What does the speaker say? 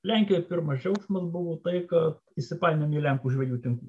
lenkijoj pirmas džiaugsmas buvo tai kad įsipainiojom į lenkų žvejų tinklus